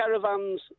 caravans